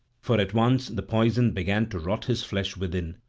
for at once the poison began to rot his flesh within,